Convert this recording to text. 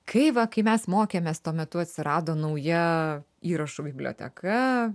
kai va kai mes mokėmės tuo metu atsirado nauja įrašų biblioteka